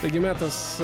taigi metas